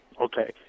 Okay